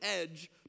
edge